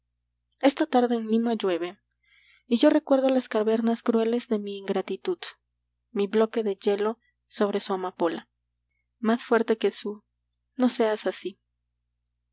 esta tarde en lima llueve y yo recuerdo las cavernas crueles de mi ingratitud mi bloque de hielo sobre su amapola así mas fuerte que su no seas mis